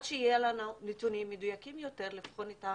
שיהיו לנו נתונים מדויקים יותר כדי לבחון את ההצעה.